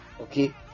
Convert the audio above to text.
okay